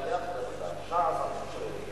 אתה יודע איך, ש"ס עשו שרירים,